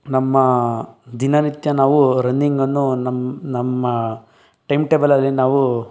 ನಮ್ಮ ದಿನನಿತ್ಯ ನಾವು ರನ್ನಿಂಗನ್ನು ನಮ್ಮ ನಮ್ಮ ಟೈಮ್ ಟೇಬಲಲ್ಲಿ ನಾವು